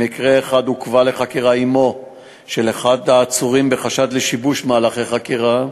במקרה אחד עוכבה לחקירה אמו של אחד העצורים בחשד לשיבוש מהלכי חקירה.